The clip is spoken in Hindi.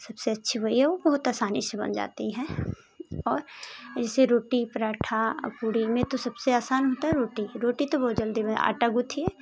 सबसे अच्छी वही है ओ बहुत आसानी से बन जाती है और जैसे रोटी पराठा आ पूरी में तो सबसे असान होता है रोटी ही रोटी तो बहुत जल्दी ब जाती है आँटा गूँथिए